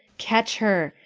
catch her!